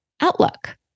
outlook